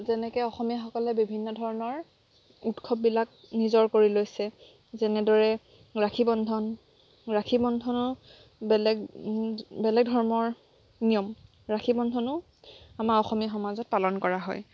যেনেকৈ অসমীয়াসকলে বিভিন্নধৰণৰ উৎসৱবিলাক নিজৰ কৰি লৈছে যেনেদৰে ৰাখী বন্ধন ৰাখী বন্ধনৰ বেলেগ বেলেগ ধৰ্মৰ নিয়ম ৰাখী বন্ধনো আমাৰ অসমীয়া সমাজত পালন কৰা হয়